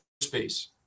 space